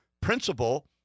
principle